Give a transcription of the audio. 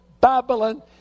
Babylon